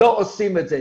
לא עושים את זה.